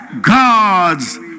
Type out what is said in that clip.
God's